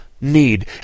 need